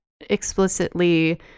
explicitly